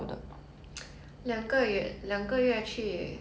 what kind of monitor what specs~